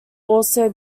also